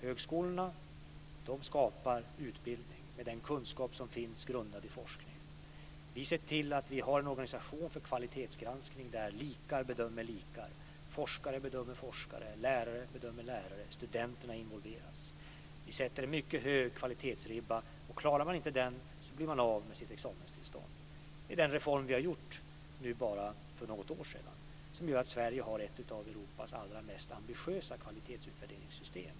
Högskolorna skapar utbildning med den kunskap som finns, grundad på forskning. Vi ser till att vi har en organisation för kvalitetsgranskning, där likar bedömer likar - forskare bedömer forskare, lärare bedömer lärare - och studenterna involveras. Vi sätter ribban mycket högt när det gäller kvaliteten. Klarar man inte att hålla hög kvalitet blir man av med sitt examenstillstånd. Det är den reform vi gjorde bara för något år sedan som gör att Sverige har ett av Europas allra mest ambitiösa kvalitetsutvärderingssystem.